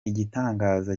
igitangaza